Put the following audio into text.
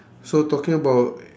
so talking about